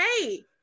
hey